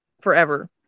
forever